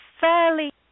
fairly